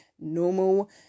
normal